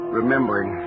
remembering